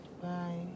Bye